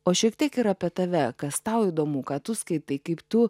o šiek tiek ir apie tave kas tau įdomu ką tu skaitai kaip tu